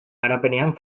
garapenean